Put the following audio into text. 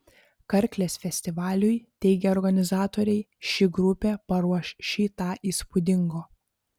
karklės festivaliui teigia organizatoriai ši grupė paruoš šį tą įspūdingo